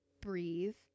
breathe